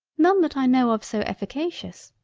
none that i know of, so efficacious.